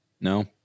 No